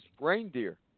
reindeer